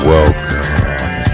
Welcome